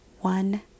One